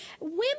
Women